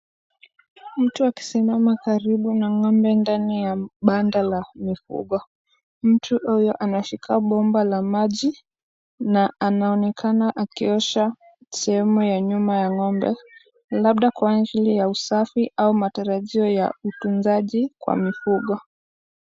Mtu akisimama karibu na ng'ombe ndani ya banda la mifugo. Mtu huyo anashika bomba la maji na anaonekana akiosha sehemu ya nyuma ya ng'ombe labda kwa ajili ya usafi au matarajio ya utunzaji kwa mifugo.